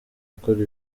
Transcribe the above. akora